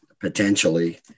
potentially